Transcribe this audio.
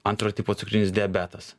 antro tipo cukrinis diabetas